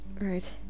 Right